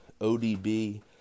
ODB